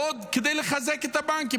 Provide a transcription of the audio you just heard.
ועוד כדי לחזק את הבנקים.